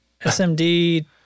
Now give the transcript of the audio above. SMD